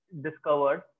discovered